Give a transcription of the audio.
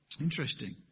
Interesting